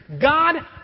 God